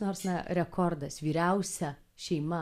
nors na rekordas vyriausia šeima